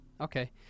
okay